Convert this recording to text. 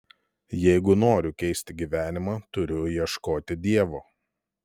jeigu noriu keisti gyvenimą turiu ieškoti dievo